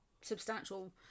substantial